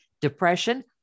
depression